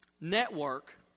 network